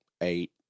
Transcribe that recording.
eight